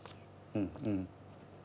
mm mm